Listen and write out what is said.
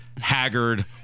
haggard